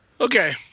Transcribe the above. Okay